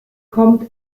kommt